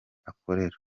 akorera